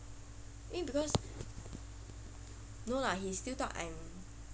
eh because no lah he still thought I'm